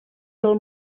del